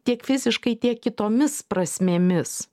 tiek fiziškai tiek kitomis prasmėmis